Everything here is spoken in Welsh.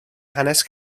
hanes